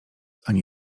ani